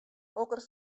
hokker